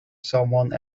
someone